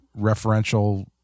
referential